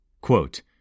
Quote